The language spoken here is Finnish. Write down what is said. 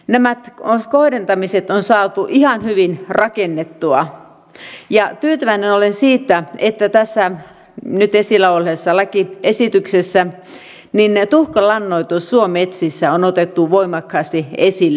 nämä kohdentamiset on saatu ihan hyvin rakennettua ja tyytyväinen olen siitä että tässä nyt esillä olleessa lakiesityksessä tuhkalannoitus suometsissä on otettu voimakkaasti esille